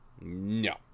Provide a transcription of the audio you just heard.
No